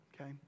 okay